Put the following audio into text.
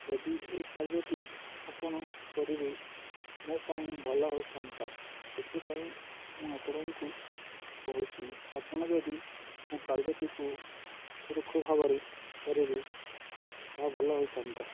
ଯଦି ଏହି କାର୍ଯ୍ୟଟି ଆପଣ କରିବେ ମୋ ପାଇଁ ଭଲ ହୋଇଥାନ୍ତା ସେଥିପାଇଁ ମୁଁ ଆପଣଙ୍କୁ କହୁଛି ଆପଣ ଯଦି ମୋ କାର୍ଯ୍ୟଟିକୁ ସୁରକ୍ଷା ଭାବରେ କରିବେ ତାହା ଭଲ ହୋଇଥାନ୍ତା